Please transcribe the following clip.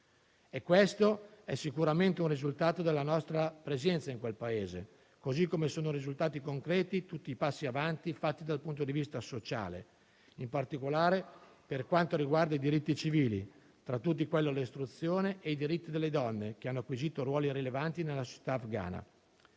Questo è sicuramente un risultato della nostra presenza in quel Paese, così come sono risultati concreti tutti i passi avanti fatti dal punto di vista sociale, in particolare per quanto riguarda i diritti civili, tra tutti quello all'istruzione, e i diritti delle donne che hanno acquisito ruoli rilevanti nella società afgana.